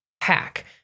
hack